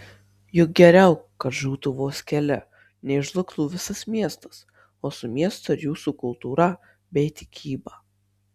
juk geriau kad žūtų vos keli nei žlugtų visas miestas o su miestu ir jūsų kultūra bei tikyba